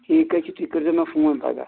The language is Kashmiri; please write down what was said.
ٹھیٖک حظ چھُ تُہۍ کٔرۍ زیٚو مےٚ فون پگاہ